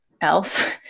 else